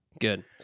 Good